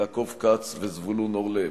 יעקב כץ וזבולון אורלב.